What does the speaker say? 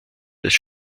des